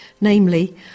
namely